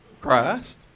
Christ